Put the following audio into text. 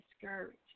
discouraged